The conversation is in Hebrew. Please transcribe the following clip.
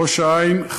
ראש-העין,